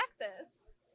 Texas